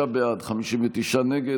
55 בעד, 59 נגד.